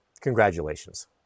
Congratulations